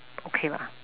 okay lah